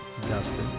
Dustin